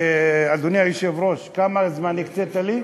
אדוני היושב-ראש, כמה זמן הקצית לי?